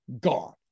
gone